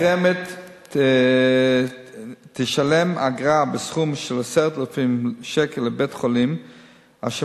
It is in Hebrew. הנתרמת תשלם אגרה בסכום של 10,000 שקל לבית-החולים אשר